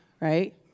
right